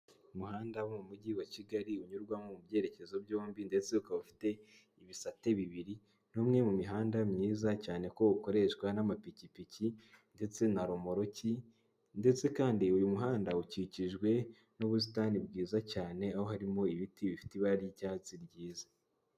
Umuhanda wo mu mujyi wa kigali unyurwamo mu byerekezo byombi ndetse ukaba ufite ibisate bibiri .Ni umwe mu mihanda myiza cyane ko ukoreshwa n'amapikipiki ndetse na romoruki ndetse kandi uyu muhanda ukikijwe n'ubusitani bwiza cyane aho harimo ibiti bifite ibara ry'icyatsi ryiza.